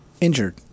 Injured